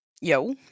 yo